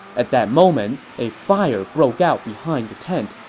at that moment, a fire broke out behind the tent,